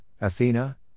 Athena